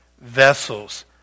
vessels